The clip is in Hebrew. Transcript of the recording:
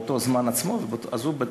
באותו זמן הוא בשירות?